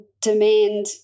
demand